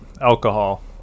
alcohol